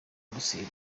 buruseli